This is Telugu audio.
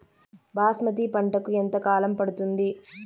బాస్మతి పంటకు ఎంత కాలం పడుతుంది?